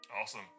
Awesome